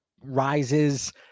rises